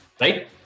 right